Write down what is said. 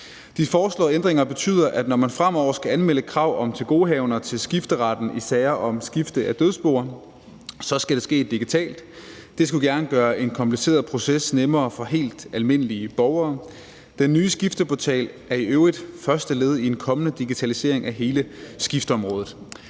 De foreslåede ændringer betyder, at når man fremover skal anmelde krav om tilgodehavender til skifteretten i sager om skifte af dødsboer, så skal det ske digitalt. Det skulle gerne gøre en kompliceret proces nemmere for helt almindelige borgere. Den nye Skifteportal er i øvrigt første led i en kommende digitaliseringen af hele skifteområdet.